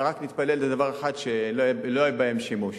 ורק נתפלל לדבר אחד: שלא יהיה בהם שימוש,